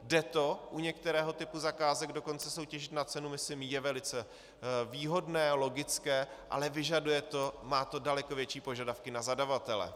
Jde to, u některého typu zakázek dokonce soutěžit na cenu je velice výhodné, logické, ale má to daleko větší požadavky na zadavatele.